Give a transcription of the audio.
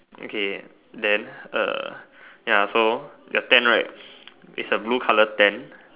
okay then uh ya so the tent right it's a blue color tent